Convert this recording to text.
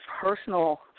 personal